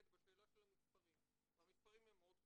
בשאלה של המספרים והמספרים הם מאוד קשים.